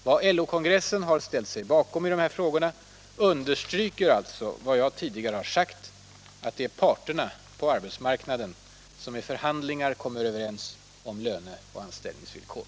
Vad LO-kongressen ställt sig bakom i dessa frågor understryker alltså vad jag tidigare har sagt, nämligen att det är parterna på arbetsmarknaden som vid förhandlingar kommer överens om löne och anställningsvillkor.